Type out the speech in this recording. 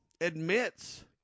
admits